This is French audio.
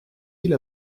ils